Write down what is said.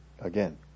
again